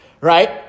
right